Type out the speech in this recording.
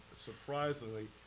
surprisingly